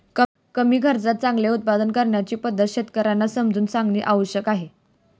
कमी खर्चात चांगले उत्पादन करण्याची पद्धत शेतकर्यांना समजावून सांगणे आवश्यक आहे